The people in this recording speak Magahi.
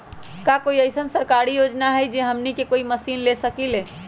का कोई अइसन सरकारी योजना है जै से हमनी कोई मशीन ले सकीं ला?